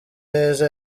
neza